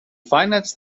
financed